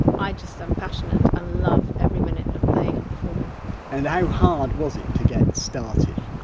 i just am passionate and love every minute of playing and performing and how hard was it to get started?